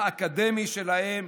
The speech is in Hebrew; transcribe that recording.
האקדמי שלהם,